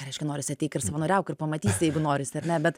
ką reiškia norisi ateik ir savanoriauk ir pamatysi jeigu norisi ar ne bet